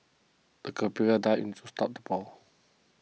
the dived to stop the ball